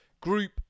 group